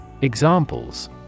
Examples